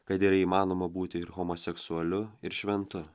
kad yra įmanoma būti ir homoseksualiu ir šventu